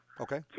Okay